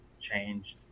changed